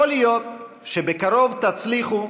יכול להיות שבקרוב תצליחו,